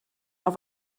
auf